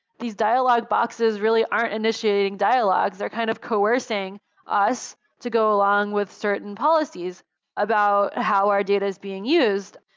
these dialogue boxes really aren't initiating dialogues or kind of coercing us to go along with certain policies about how our data is being used.